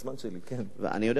אני יודע שזה הזמן שלך.